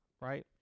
right